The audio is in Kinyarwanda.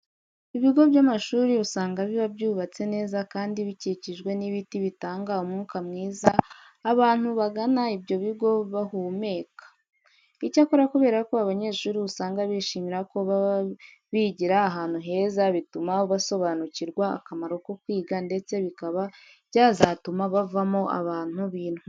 Ibigo by'amashuri usanga biba byubatse neza kandi bikikijwe n'ibiti bitanga umwuka myiza abantu bagana ibyo bigo bahumeka. Icyakora kubera ko abanyeshuri usanga bishimira ko baba bigira ahantu heza, bituma basobanukirwa akamaro ko kwiga ndetse bikaba byazatuma bavamo abantu b'intwari.